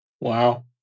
Wow